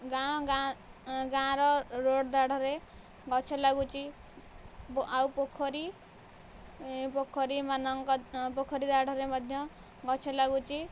ଗାଁ ଗାଁ ଗାଁ ର ରୋଡ଼ ଦାଢ଼ରେ ଗଛ ଲାଗୁଛି ବ ଆଉ ପୋଖରୀ ପୋଖରୀ ମାନଙ୍କ ପୋଖରୀ ଦାଢ଼ରେ ମଧ୍ୟ ଗଛ ଲାଗୁଛି